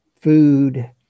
food